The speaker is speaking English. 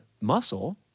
muscle